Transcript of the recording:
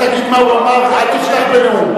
רק תגיד מה הוא אמר, אל תפתח בנאום.